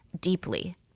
deeply